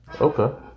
Okay